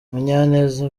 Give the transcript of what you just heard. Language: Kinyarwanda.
munyaneza